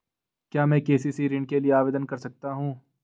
क्या मैं के.सी.सी ऋण के लिए आवेदन कर सकता हूँ?